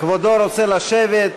כבודו רוצה לשבת,